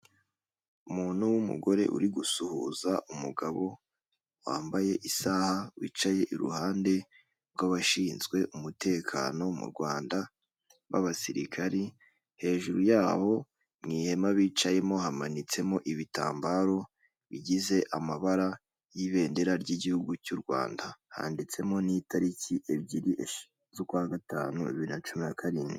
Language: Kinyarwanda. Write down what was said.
Umuntu w'umugore uri gusuhuza umugabo, wambaye isaha wicaye iruhande rw'abashinzwe umutekano mu Rwanda b'abasirikari, hejuru yho mu ihema bicayemo hamanitsemo ibitambaro bigize amabara y'ibendera ry'igihugu cy'u Rwanda, handitsemo n'itariki ebyiri z'ukwa gatanu bibiri na cumi na karindwi.